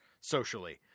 socially